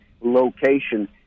location